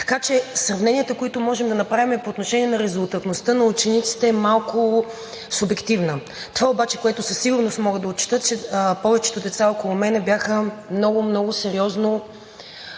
Така че сравненията, които можем да направим по отношение на резултатността на учениците, са малко субективни. Това обаче, което със сигурност мога да отчета, е, че повечето деца около мен бяха много, много сериозно